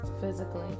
Physically